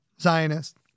Zionist